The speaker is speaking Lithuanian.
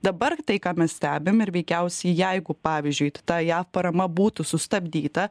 dabar tai ką mes stebim ir veikiausiai jeigu pavyzdžiui ta jav parama būtų sustabdyta